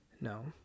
No